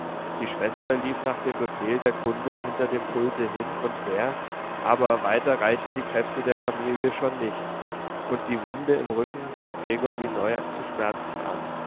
die schwester lief nach dem befehl der kunden hinter dem pulte hin und her aber weiter reichten die kräfte der familie schon nicht und die wunde im rücken fing gregor wie neu zu schmerzen an